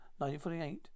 1948